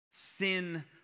Sin